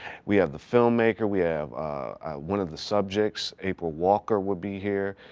we have the filmmaker, we have one of the subjects, april walker will be here.